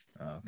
Okay